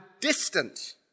distant